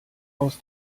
aus